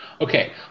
Okay